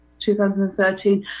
2013